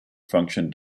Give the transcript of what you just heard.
function